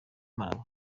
malawi